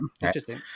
Interesting